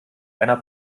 einer